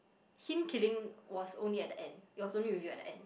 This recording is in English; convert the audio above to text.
him killing was only at the end it was only reveal at the end